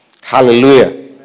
Hallelujah